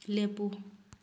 ꯂꯦꯞꯄꯨ